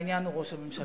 העניין הוא ראש הממשלה.